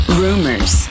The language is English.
rumors